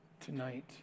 tonight